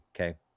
okay